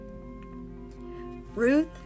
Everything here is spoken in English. Ruth